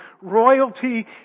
royalty